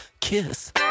kiss